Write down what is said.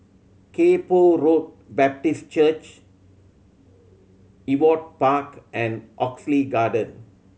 Kay Poh Road Baptist Church Ewart Park and Oxley Garden